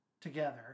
together